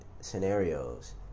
scenarios